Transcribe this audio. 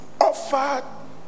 offered